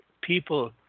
people